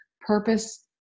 purpose